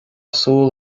súil